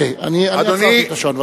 אני עצרתי את השעון.